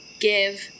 give